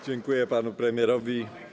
Dziękuję panu premierowi.